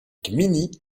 gminy